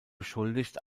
beschuldigt